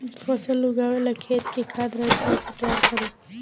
फसल उगवे ला खेत के खाद रहित कैसे तैयार करी?